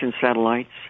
satellites